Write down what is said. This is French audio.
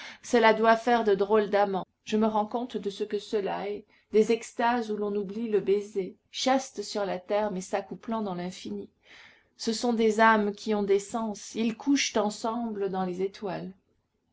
cela doit faire de drôles d'amants je me rends compte de ce que cela est des extases où l'on oublie le baiser chastes sur la terre mais s'accouplant dans l'infini ce sont des âmes qui ont des sens ils couchent ensemble dans les étoiles